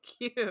cute